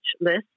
list